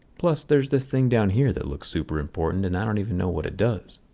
plus there's this thing down here that looks super important and i don't even know what it does.